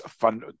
van